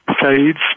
fades